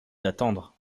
d’attendre